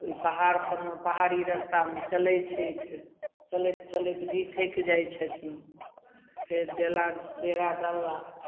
ओहि पहाड़परमे पहाड़ी रस्तामे चलै छथि चलैत चलैत भी थाकि जाइ छथिन फेर डेला डेरा डललाह